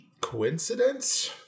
Coincidence